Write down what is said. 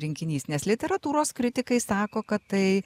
rinkinys nes literatūros kritikai sako kad tai